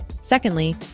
Secondly